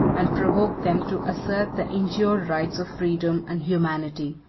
and provoked them to assert the injured rights of freedom and humanity.